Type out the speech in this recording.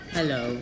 Hello